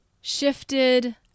shifted